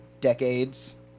decades